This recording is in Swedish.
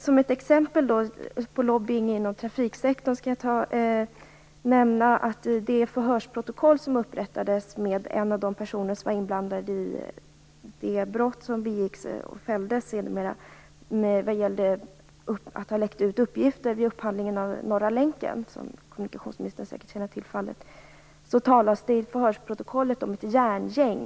Som ett exempel på lobbying inom trafiksektorn kan jag nämna det brott som begicks - domen blev sedermera fällande - i samband med upphandlingen till Norra Länken, som kommunikationsministern säkert känner till. I det förhörsprotokoll som upprättades med en person som varit inblandad i läckage av uppgifter om upphandlingen, talas det om ett järngäng.